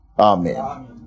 Amen